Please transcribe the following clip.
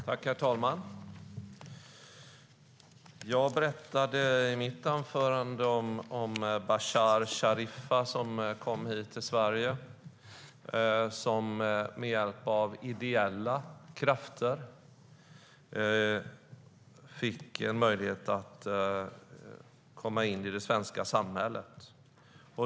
Herr talman! Jag berättade i mitt anförande om Bashar Sharifah, som kom till Sverige och som med hjälp av ideella krafter fick möjlighet att komma in i det svenska samhället.